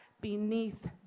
beneath